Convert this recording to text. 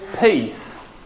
peace